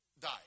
died